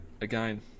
again